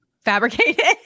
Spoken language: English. fabricated